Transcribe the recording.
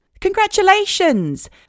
Congratulations